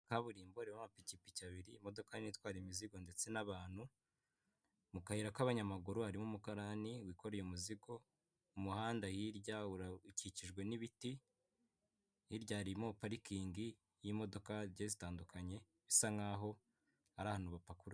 Kaburimbo hariho amapikipiki abiri, imodoka itwara imizigo ndetse n'abantu, mu kayira k'abanyamaguru harimo umukarani wikoreye umuzigo, umuhanda hirya urakikijwe n'ibiti, hirya harimo parikingi y'imodoka zigiye zitandukanye, bisa nkaho ari ahantu bapakurura.